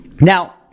Now